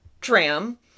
tram